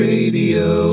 Radio